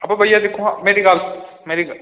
ब बइया दिक्खो हां मेरी गल्ल मेरी गल्ल